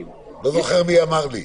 לא זוכר מי אמר לי.